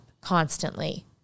constantly